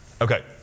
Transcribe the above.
Okay